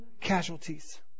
casualties